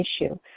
issue